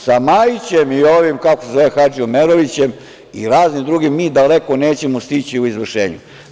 Sa Majićem i ovim, kako se zove, Hadžiomerovićem i raznim drugim, mi daleko nećemo stići u izvršenju.